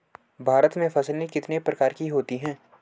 भारत में फसलें कितने प्रकार की होती हैं?